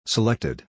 Selected